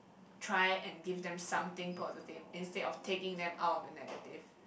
try and give them something positive instead of taking them out of the negative